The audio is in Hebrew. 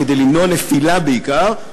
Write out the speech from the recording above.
כדי למנוע נפילה בעיקר,